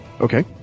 Okay